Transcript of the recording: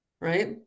Right